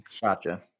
Gotcha